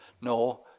No